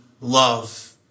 love